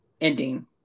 ending